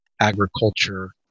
agriculture